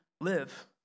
live